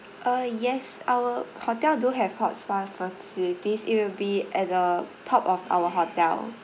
uh yes our hotel do have hot spa facilities it will be at the top of our hotel